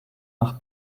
nach